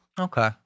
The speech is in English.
Okay